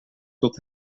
tot